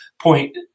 point